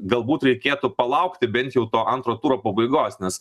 galbūt reikėtų palaukti bent jau to antro turo pabaigos nes